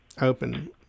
open